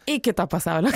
į kitą pasaulio